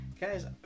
Guys